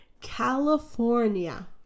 California